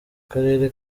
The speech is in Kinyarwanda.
karere